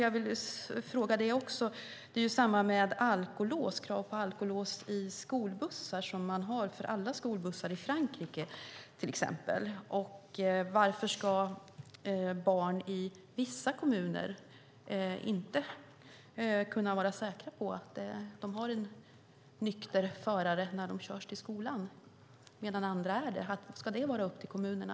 Jag vill också fråga dig om krav på alkolås i skolbussar, som man har för alla skolbussar i till exempel Frankrike. Varför ska barn i vissa kommuner inte kunna vara säkra på att de har en nykter förare när de körs till skolan, medan andra är det? Varför ska det vara upp till kommunerna?